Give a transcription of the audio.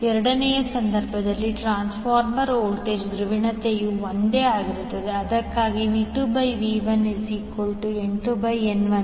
ಎರಡನೆಯ ಸಂದರ್ಭದಲ್ಲಿ transformer voltage ಧ್ರುವೀಯತೆಯು ಒಂದೇ ಆಗಿರುತ್ತದೆ ಅದಕ್ಕಾಗಿಯೇ V2 V1 N2 N1